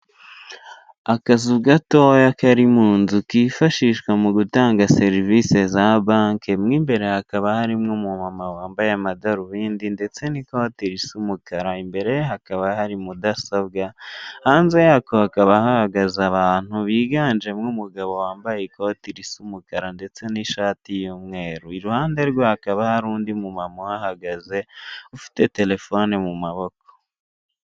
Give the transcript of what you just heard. Akazu gatoya kari mu nzu kifashishwa mu gutanga serivisi za banke, mu imbere hakaba harimo wambaye amadarubindi ndetse n'ikoti risa umukara, imbere ye hakaba hari mudasobwa, hanze y'ako hakaba hahagaze abantu biganjemo umugabo wambaye ikoti risa umukara ndetse n'ishati y'umweru, iruhande rwe hakaba hari undi mu mama uhahagaze ufite telefone mu maboko.